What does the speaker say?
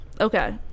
Okay